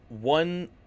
one